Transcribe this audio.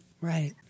Right